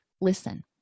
listen